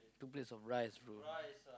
two plates of rice bro